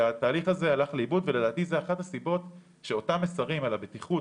התהליך הזה הלך לאיבוד ולדעתי זו אחת הסיבות שאותם מסרים על הבטיחות,